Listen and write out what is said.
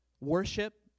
worship